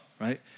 right